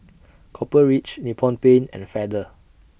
Copper Ridge Nippon Paint and Feather